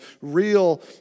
real